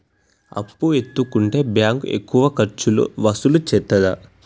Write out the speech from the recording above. అప్పు ఎత్తుకుంటే బ్యాంకు ఎక్కువ ఖర్చులు వసూలు చేత్తదా?